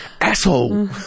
asshole